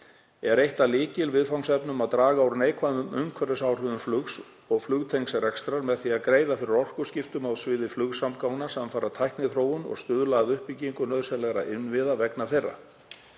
er eitt af lykilviðfangsefnunum að draga úr neikvæðum umhverfisáhrifum flugs og flugtengds rekstrar með því að greiða fyrir orkuskiptum á sviði flugsamgangna samfara tækniþróun og stuðla að uppbyggingu nauðsynlegra innviða vegna þeirra.